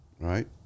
right